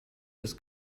des